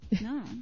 no